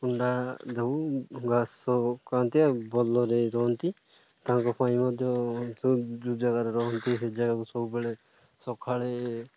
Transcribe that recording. କୁଣ୍ଡା ଦଉ ଘାସ କରଆନ୍ତି ଆଉ ଭଲରେ ରହନ୍ତି ତାଙ୍କ ପାଇଁ ମଧ୍ୟ ଯୋ ଜାଗାରେ ରହନ୍ତି ସେ ଜାଗାକୁ ସବୁବେଳେ ସକାଳେ